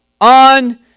on